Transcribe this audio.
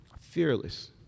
fearless